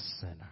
sinner